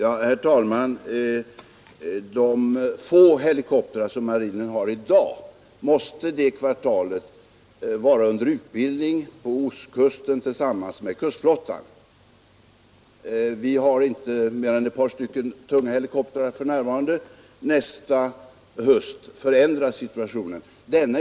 Herr talman! De få helikoptrar som marinen har i dag måste under det aktuella kvartalet tas i anspråk för utbildning på ostkusten tillsammans med kustflottan. Marinen har inte mer än ett par tunga helikoptrar för närvarande. Nästa höst förändras situationen.